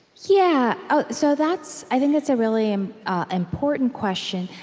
yeah ah so that's i think that's a really important question.